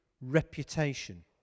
reputation